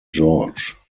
george